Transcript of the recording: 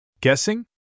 Guessing